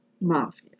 mafia